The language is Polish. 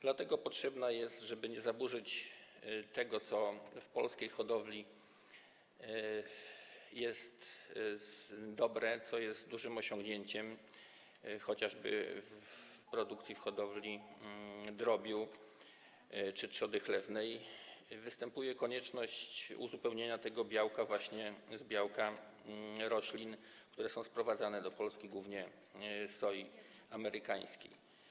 Dlatego też, żeby nie zaburzyć tego, co w polskiej hodowli jest dobre, co jest dużym osiągnięciem, chociażby w produkcji, w hodowli drobiu czy trzody chlewnej, występuje konieczność uzupełnienia tego białka właśnie białkiem roślin, które są sprowadzane do Polski, głównie soi amerykańskiej.